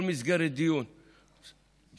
כל מסגרת דיון שתהיה,